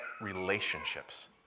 relationships